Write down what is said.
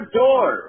door